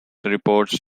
reports